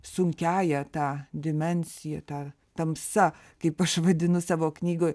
sunkiąja ta dimensija ta tamsa kaip aš vadinu savo knygoj